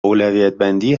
اولویتبندی